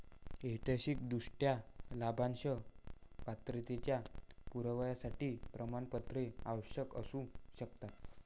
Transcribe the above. ऐतिहासिकदृष्ट्या, लाभांशाच्या पात्रतेच्या पुराव्यासाठी प्रमाणपत्रे आवश्यक असू शकतात